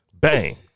bang